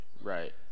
Right